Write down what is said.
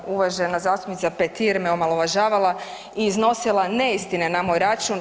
Čl. 238. uvažena zastupnica Petir me omalovažavala i iznosila neistine na moj račun.